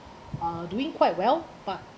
uh doing quite well but